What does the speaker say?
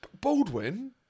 Baldwin